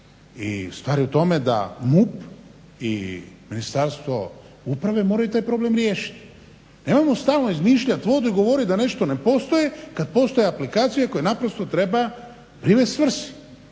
i star je u tome da MUP i da Ministarstvo uprave moraju taj problem riješiti. Nemojmo stalno izmišljati vodu i govoriti da nešto ne postoji kada postoje aplikacije koje naprosto treba privesti svrsi.